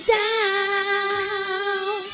down